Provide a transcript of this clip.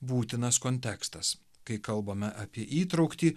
būtinas kontekstas kai kalbame apie įtrauktį